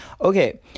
Okay